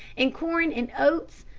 and corn, and oats,